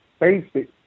basic